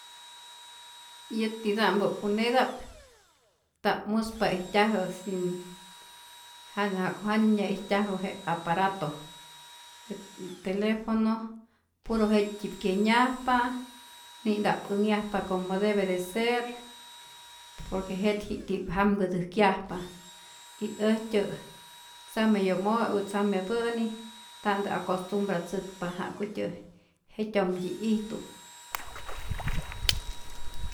Yätita'mpä uneta'p nta'p muspa ijtyajä sin jan ja'ku jana nyä'ijtyajä je aparato je telefono, puro jet'tyi'p kyenyajpa, ni'nta'p änhyajpa como debe de ser, por que jet'pi'kti'p jamkätäjkyajpa, y äjtyä tzame yomo' u tzame pä'ni nta'ntä acostumbratzäkpa ja'ku jetyojmtyi ijtu.